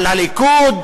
על הליכוד